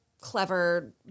clever